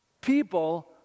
People